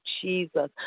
Jesus